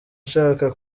nshaka